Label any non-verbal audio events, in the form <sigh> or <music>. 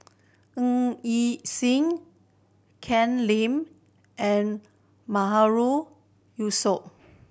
Ng Yi Sheng Ken Lim and <unintelligible> Yusof